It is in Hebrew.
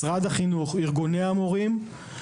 משרד החינוך וארגוני המורים,